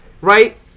right